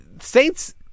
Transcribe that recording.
Saints